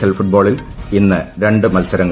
L ഫുട്ബോളിൽ ഇന്ന് രണ്ട് മത്സരങ്ങൾ